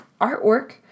artwork